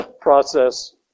process